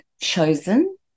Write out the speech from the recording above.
chosen